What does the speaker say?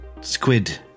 squid